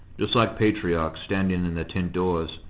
just like patriarchs standing in their tent-doors,